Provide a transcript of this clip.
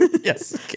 yes